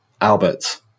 Albert